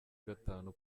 gatanu